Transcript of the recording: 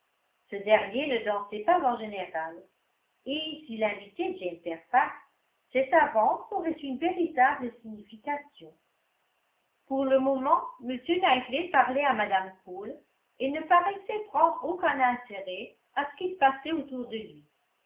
ce dernier ne dansait pas en général et s'il invitait jane fairfax cette avance aurait une véritable signification pour le moment m knightley parlait à mme cole et ne paraissait prendre aucun intérêt à ce qui se passait autour de lui